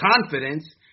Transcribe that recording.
confidence